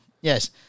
Yes